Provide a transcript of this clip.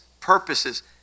purposes